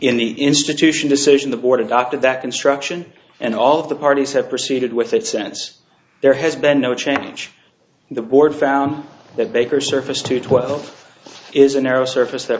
in the institution decision the board got to that instruction and all of the parties have proceeded with it since there has been no change the board found that baker surface to twelve is an arrow surface that